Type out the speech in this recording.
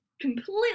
completely